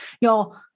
Y'all